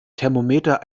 thermometer